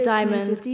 Diamonds